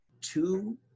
two